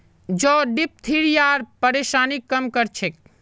जौ डिप्थिरियार परेशानीक कम कर छेक